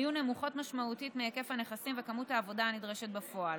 היו נמוכות משמעותית מהיקף הנכסים וכמות העבודה הנדרשת בפועל.